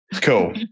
Cool